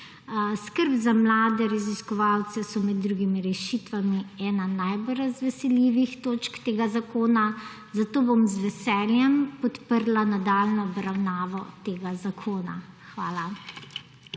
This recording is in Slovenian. Skrb za mlade raziskovalce so med drugimi rešitvami ena najbolj razveseljivih točk tega zakona, zato bom z veseljem podprla nadaljnjo obravnavo tega zakona. Hvala.